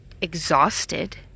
exhausted